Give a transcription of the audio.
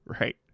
Right